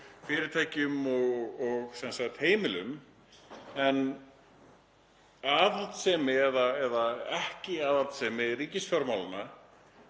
fyrirtækjum og heimilum. En aðhaldssemi eða ekki aðhaldssemi ríkisfjármálanna,